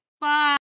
Bye